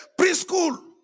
preschool